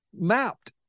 mapped